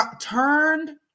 turned